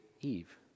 Eve